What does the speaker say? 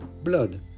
blood